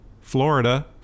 Florida